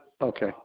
okay